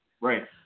Right